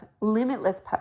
limitless